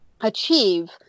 achieve